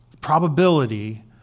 probability